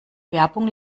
werbung